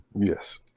Yes